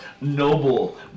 noble